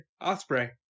Osprey